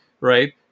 right